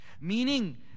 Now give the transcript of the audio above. Meaning